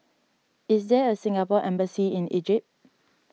is there a Singapore Embassy in Egypt